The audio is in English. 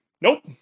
Nope